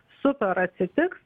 super atsitiks